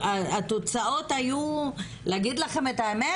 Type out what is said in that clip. התוצאות היו - להגיד לכם את האמת,